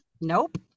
Nope